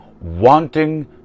wanting